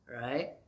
Right